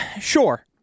sure